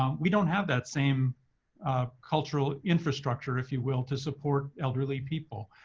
um we don't have that same cultural infrastructure, if you will, to support elderly people.